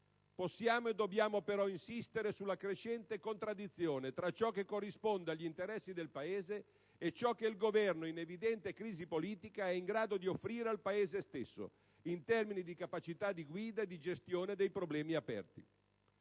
Possiamo e dobbiamo però insistere sulla crescente contraddizione tra ciò che corrisponde agli interessi del Paese e ciò che il Governo - in evidente crisi politica - è in grado di offrire al Paese stesso, in termini di capacità di guida e di gestione dei problemi aperti.